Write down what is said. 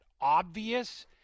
obvious